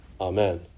Amen